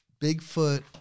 Bigfoot